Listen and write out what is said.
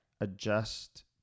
adjust